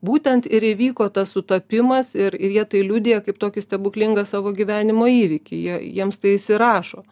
būtent ir įvyko tas sutapimas ir ir jie tai liudija kaip tokį stebuklingą savo gyvenimo įvykį jie jiems tai įsirašo